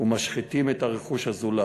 ומשחיתים את רכוש הזולת.